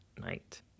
night